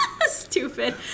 Stupid